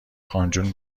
خانجون